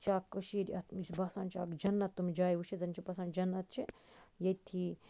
یہِ چھِ اکھ کٔشیٖر یَتھ یہِ چھُ باسان یہِ چھُ اکھ جَنت تِم جایہِ وٕچھِنۍ زَن چھُ باسان جَنت چھ ییٚتی